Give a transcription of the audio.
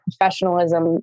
professionalism